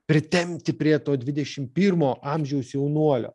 pritempti prie to dvidešim pirmo amžiaus jaunuolio